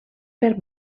per